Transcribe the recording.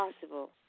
possible